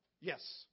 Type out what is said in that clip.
Yes